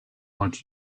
wants